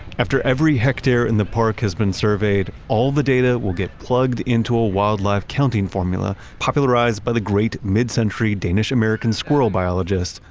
after every hectare in the park has been surveyed, all the data will get plugged into a wildlife counting formula popularized by the great mid-century danish-american squirrel biologist,